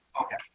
Okay